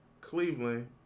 Cleveland